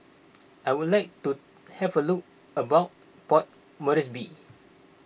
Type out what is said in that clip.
I would like to have a look around Port Moresby